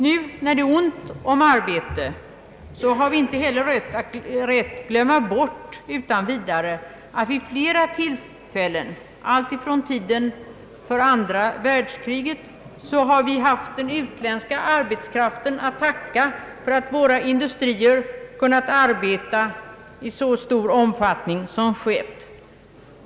Nu, när det är ont om arbete, har vi inte heller rätt att utan vidare glömma bort att vid flera tillfällen, alltifrån tiden för det andra världskriget, har vi haft den utländska arbetskraften att tacka för att våra industrier kunnat arbeta i så stor omfattning som skett.